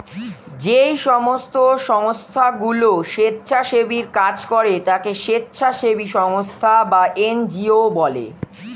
যেই সমস্ত সংস্থাগুলো স্বেচ্ছাসেবীর কাজ করে তাকে স্বেচ্ছাসেবী সংস্থা বা এন জি ও বলে